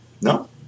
No